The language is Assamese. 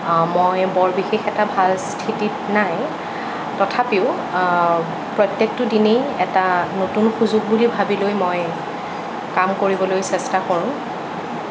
মই বৰ বিশেষ এটা ভাল স্থিতিত নাই তথাপিও প্ৰত্যেকটো দিনেই এটা নতুন সুযোগ বুলি ভাবিলৈ মই কাম কৰিবলৈ চেষ্টা কৰোঁ